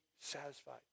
satisfied